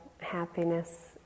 happiness